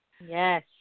yes